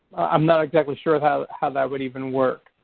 i'm not exactly sure how how that would even work.